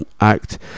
act